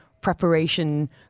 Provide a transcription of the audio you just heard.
preparation